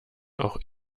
auch